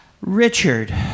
Richard